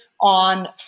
on